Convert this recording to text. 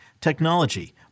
technology